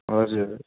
हजुर